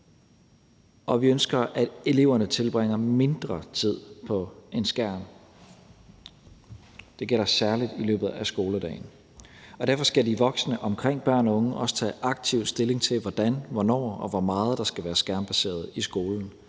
og vi ønsker, at eleverne tilbringer mindre tid foran en skærm. Det gælder særlig i løbet af skoledagen. Derfor skal de voksne omkring børn og unge også tage aktiv stilling til, hvordan, hvornår og hvor meget der skal være skærmbaseret i skolen.